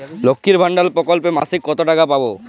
লক্ষ্মীর ভান্ডার প্রকল্পে মাসিক কত টাকা পাব?